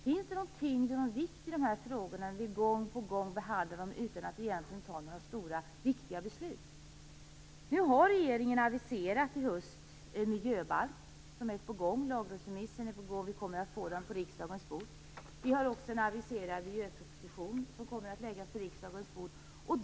Finns det någon tyngd och någon vikt i de här frågorna när vi gång på gång behandlar dem utan att egentligen fatta några stora viktiga beslut? Regeringen har aviserat en miljöbalk i höst. Den är på gång. Lagrådsremissen är på gång. Vi kommer att få den på riksdagens bord. Det finns också en aviserad miljöproposition som kommer att läggas på riksdagens bord.